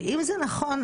ואם זה נכון,